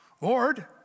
Lord